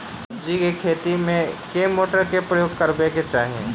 सब्जी केँ खेती मे केँ मोटर केँ प्रयोग करबाक चाहि?